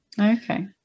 Okay